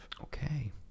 okay